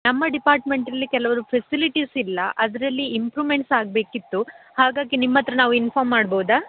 ನಮ್ಮ ಡಿಪಾರ್ಟ್ಮೆಂಟಲ್ಲಿ ಕೆಲವರು ಫೆಸಿಲಿಟೀಸ್ ಇಲ್ಲ ಅದರಲ್ಲಿ ಇಂಪ್ರೂಮೆಂಟ್ಸ್ ಆಗಬೇಕಿತ್ತು ಹಾಗಾಗಿ ನಿಮ್ಮ ಹತ್ರ ನಾವು ಇನ್ಫಾಮ್ ಮಾಡ್ಬೋದಾ